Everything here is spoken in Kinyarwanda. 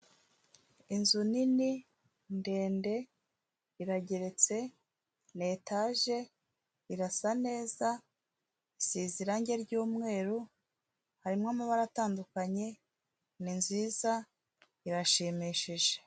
Inzu nini, ndende, irageretse, ni etaje, irasa neza, iseze irangi ry'umweru, harimo amabara atandukanye, ni ziza, irashimishije.